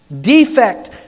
defect